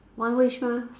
one wish mah